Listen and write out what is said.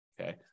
Okay